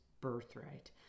birthright